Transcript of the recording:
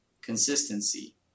consistency